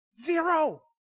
Zero